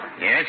Yes